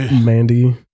Mandy